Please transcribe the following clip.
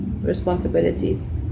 responsibilities